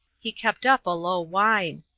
he kept up a low whine.